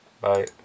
Bye